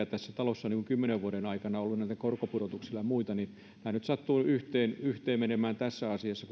tässä talossa on kymmenen vuoden ajan ollut näitten korkopudotusten ja muitten suhteen se tahtotila ja kun nämä vielä sattuvat nyt menemään yhteen tässä asiassa